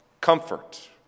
comfort